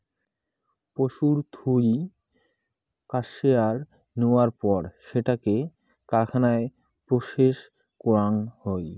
পশুর থুই কাশ্মেয়ার নেয়ার পর সেটোকে কারখানায় প্রসেস করাং হই